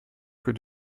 que